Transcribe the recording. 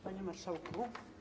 Panie Marszałku!